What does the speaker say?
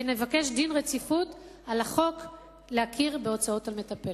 ונבקש דין רציפות על הצעת החוק להכרה בהוצאות על מטפלת.